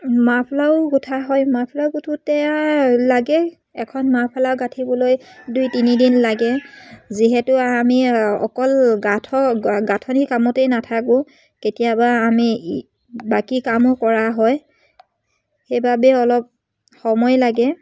মাফলাও গোঁঠা হয় মাফলাও গোঁঠোতে লাগে এখন মাফলাও গাঁঠিবলৈ দুই তিনিদিন লাগে যিহেতু আমি অকল গাঁঠ গাঁথনি কামতেই নাথাকোঁ কেতিয়াবা আমি বাকী কামো কৰা হয় সেইবাবে অলপ সময় লাগে